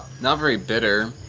not very bitter,